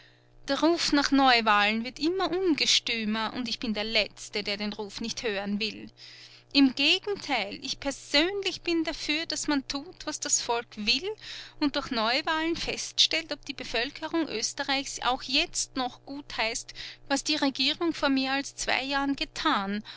der ruf nach neuwahlen wird immer ungestümer und ich bin der letzte der den ruf nicht hören will im gegenteil ich persönlich bin dafür daß man tut was das volk will und durch neuwahlen feststellt ob die bevölkerung oesterreichs auch jetzt noch gutheißt was die regierung vor mehr als zwei jahren getan